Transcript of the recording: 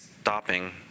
stopping